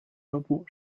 俱乐部